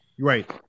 Right